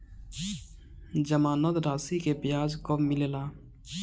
जमानद राशी के ब्याज कब मिले ला?